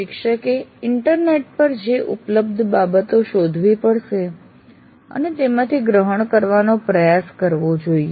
શિક્ષકે ઇન્ટરનેટ પર જે ઉપલબ્ધ બાબતો શોધવી પડશે અને તેમાંથી ગ્રહણ કરવાનો પ્રયાસ કરવો જોઈએ